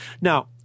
Now